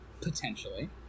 potentially